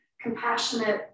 compassionate